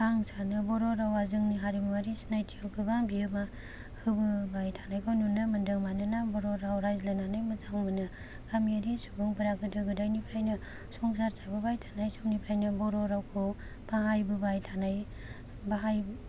आं सानो बर' रावा जोंनि हारिमुवारि सिनाइथिफोरखौ गोबां बिहोमा होबोबाय थानायखौ नुनो मोन्दों मानोना मानोना बर' राव रायज्लायनानै मोजां मोनो गामियारि सुबुंफोरा गोदो गोदायनिफ्रायनो संसार जाबोबाय थानाय समनिफ्रायनो बर'रावखौ बाहाय बोबाय थानाय बाहाय